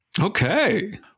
Okay